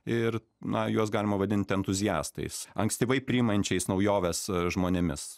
ir na juos galima vadinti entuziastais ankstyvai priimančiais naujoves žmonėmis